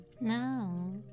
Now